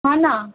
हां ना